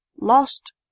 Lost